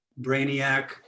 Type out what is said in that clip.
brainiac